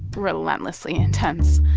relentlessly intense,